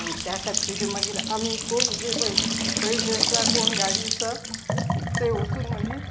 त्या खातीर मागीर आमी कोण जीं पय पयशे आसा कोण गाडी आसा ते वचून मागीर